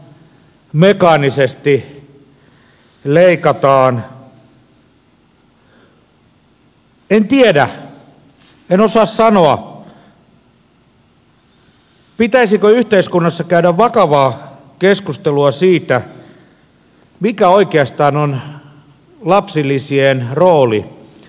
en tiedä en osaa sanoa pitäisikö yhteiskunnassa käydä vakavaa keskustelua siitä mikä oikeastaan on lapsilisien rooli